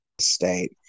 state